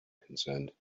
concerned